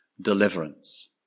deliverance